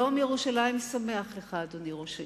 יום ירושלים שמח לך, אדוני ראש העיר.